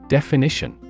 Definition